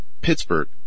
Pittsburgh